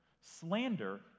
Slander